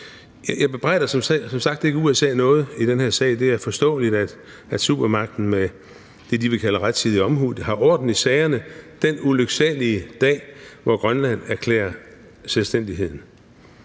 Jeg bebrejder som sagt ikke USA noget i den her sag. Det er forståeligt, at supermagten med det, de vil kalde rettidig omhu, vil have orden i sagerne den ulyksalige i dag, hvor Grønland erklærer sin selvstændighed.